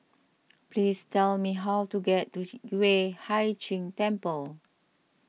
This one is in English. please tell me how to get to Yueh Hai Ching Temple